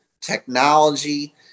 technology